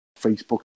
Facebook